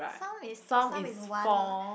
some is two some is one